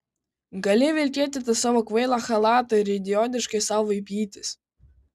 gali vilkėti tą savo kvailą chalatą ir idiotiškai sau vaipytis